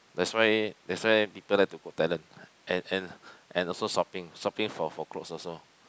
that's why that's why people like to go Thailand and and and also shopping shopping for for clothes also